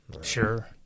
Sure